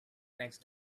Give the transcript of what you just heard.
next